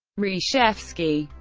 reshevsky,